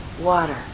water